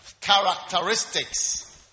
characteristics